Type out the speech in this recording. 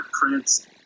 prints